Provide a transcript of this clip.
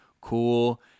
cool